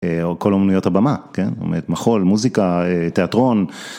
כל אומנויות הבמה, מחול, מוזיקה, תיאטרון.